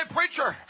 Preacher